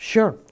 Sure